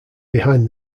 behind